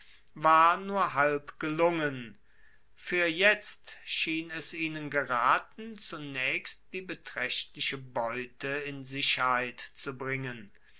war nur halb gelungen fuer jetzt schien es ihnen geraten zunaechst die betraechtliche beute in sicherheit zu bringen